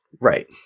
Right